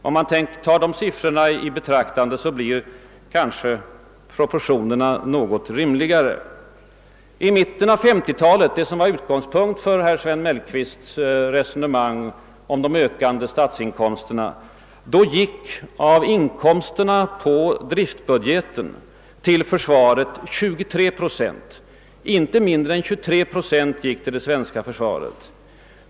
Om man tar dessa siffror i betraktande blir kanske proportionerna något rimligare. I mitten av 1950-talet, som var utgångspunkt för herr Mellqvists resonemang om de ökande försvarsutgifterna, gick av statens inkomster på driftbudgeten 23 procent — inte mindre än 23 procent — till det svenska försvaret.